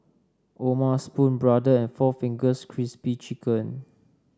O'ma Spoon Brother and four Fingers Crispy Chicken